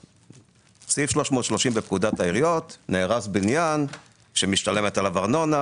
סעיף 330 לפקודת העיריות אומר: "נהרס בניין שמשתלמת עליו ארנונה,